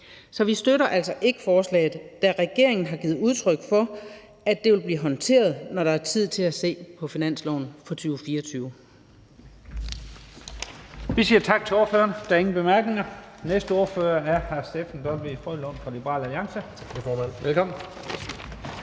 Så vi støtter altså ikke forslaget, da regeringen har givet udtryk for, at det vil blive håndteret, når det er tid til at se på finansloven for 2024.